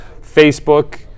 facebook